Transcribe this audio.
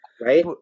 right